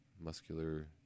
muscular